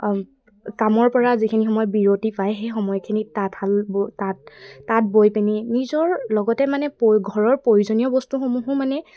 কামৰ পৰা যিখিনি সময় বিৰতি পায় সেই সময়খিনিত তাঁতশাল তাঁত তাঁত বৈ পিনি নিজৰ লগতে মানে ঘৰৰ প্ৰয়োজনীয় বস্তুসমূহো মানে